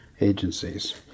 agencies